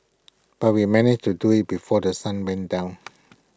but we managed to do IT before The Sun went down